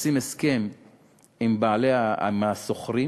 ועושים הסכם עם השוכרים